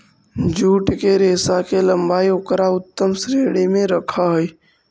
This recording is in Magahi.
जूट के रेशा के लम्बाई उकरा उत्तम श्रेणी में रखऽ हई